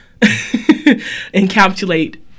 encapsulate